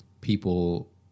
people